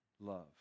Love